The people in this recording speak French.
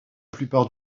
plupart